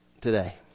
today